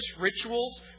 rituals